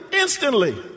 instantly